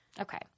Okay